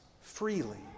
freely